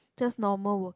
just normal walking